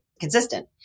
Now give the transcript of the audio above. consistent